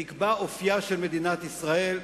נקבע אופיה של מדינת ישראל.